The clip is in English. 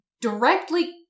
directly